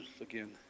again